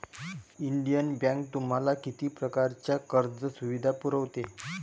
Indian bank तुम्हाला किती प्रकारच्या कर्ज सुविधा पुरवते?